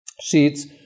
sheets